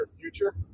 future